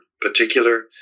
particular